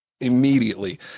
immediately